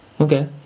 Okay